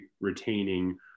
retaining